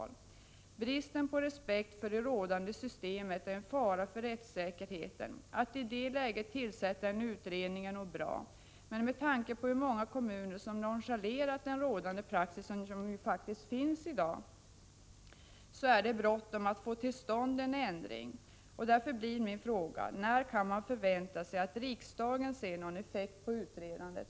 Bristen på respekt för det rådande systemet är en fara för rättssäkerheten. Att i detta läge tillsätta en utredning är nog bra. Men med tanke på hur många kommuner som nonchalerat den praxis som i dag faktiskt råder är det bråttom att få till stånd en ändring. Min fråga blir därför: När kan man förvänta sig någon effekt av utredandet?